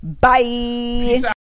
Bye